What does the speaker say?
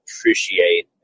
appreciate